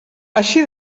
així